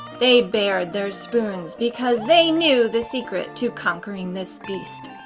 they bared their spoons, because they knew the secret to conquering this beast.